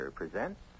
presents